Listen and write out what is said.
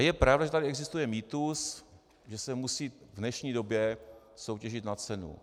Je pravda, že tady existuje mýtus, že se musí v dnešní době soutěžit na cenu.